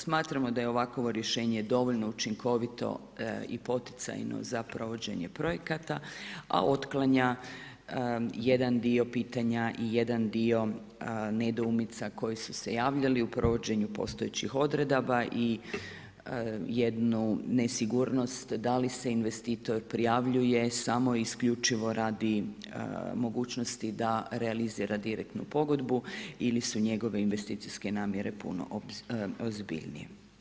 Smatramo da je ovakvo rješenje dovoljno učinkovito i poticajno za provođenje projekata a otklanja jedan dio pitanja i jedan dio nedoumica koje su se javljale u provođenju postojećih odredaba i jednu nesigurnost da li se investitor prijavljuje samo i isključivo radi mogućnosti da realizira direktno pogodbu ili su njegove investicijske namjere puno ozbiljnije.